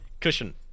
cushion